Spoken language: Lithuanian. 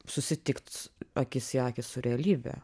susitikt akis į akį su realybe